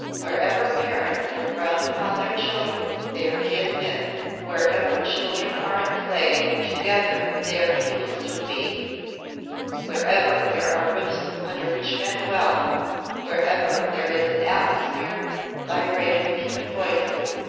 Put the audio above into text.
wherever parents look round upon their children, there he has been wherever children are at play together, there he will soon be wherever there are roofs under which men dwell wherever there is an atmosphere vibrating with human voices,